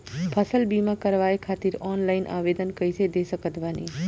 फसल बीमा करवाए खातिर ऑनलाइन आवेदन कइसे दे सकत बानी?